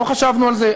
לא חשבנו על זה.